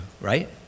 right